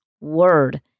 word